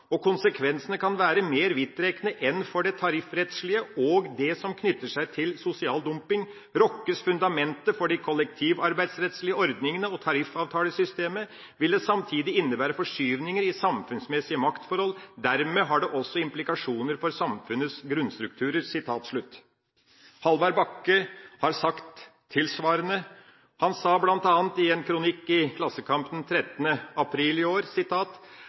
konsekvensene kan være mer vidtrekkende enn for det tariffrettslige og det som knytter seg til «sosial dumping». Rokkes fundamentet for de kollektivarbeidsrettslige ordningene og tariffavtalesystemet, vil det samtidig innebære forskyvninger i samfunnsmessige maktforhold; dermed har det også implikasjoner for samfunnets grunnstrukturer.» Hallvard Bakke har sagt tilsvarende. Han sa bl.a. i en kronikk i Klassekampen 13. april i år: